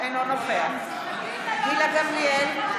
אינו נוכח גילה גמליאל,